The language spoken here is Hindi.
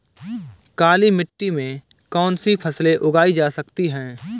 काली मिट्टी में कौनसी फसलें उगाई जा सकती हैं?